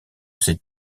ses